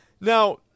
Now